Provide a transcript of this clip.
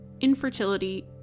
infertility